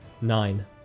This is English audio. Nine